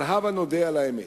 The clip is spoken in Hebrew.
אבל הבה נודה על האמת: